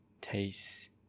taste